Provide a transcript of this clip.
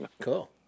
Cool